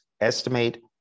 estimate